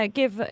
give